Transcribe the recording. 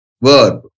verb